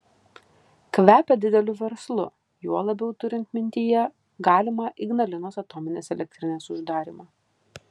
kvepia dideliu verslu juo labiau turint mintyje galimą ignalinos atominės elektrinės uždarymą